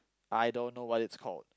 I don't know what it's called